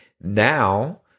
now